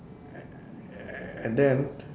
a~ and then